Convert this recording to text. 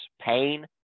pain